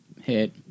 Hit